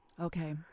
Okay